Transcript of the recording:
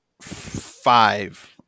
five